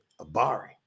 Abari